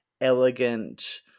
elegant